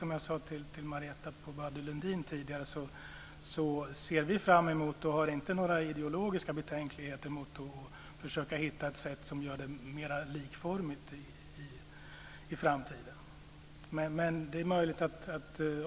Som jag sade till Marietta de Pourbaix-Lundin tidigare ser vi fram emot - och har inga ideologiska betänkligheter mot - att försöka hitta ett sätt som gör det mer likformigt i framtiden.